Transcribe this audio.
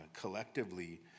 collectively